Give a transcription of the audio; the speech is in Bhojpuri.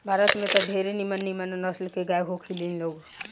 भारत में त ढेरे निमन निमन नसल के गाय होखे ली लोग